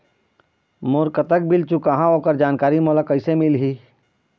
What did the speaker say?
मोर कतक बिल चुकाहां ओकर जानकारी मोला कैसे मिलही?